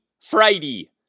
Friday